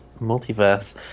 multiverse